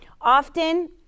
often